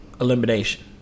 elimination